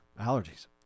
Allergies